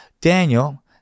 Daniel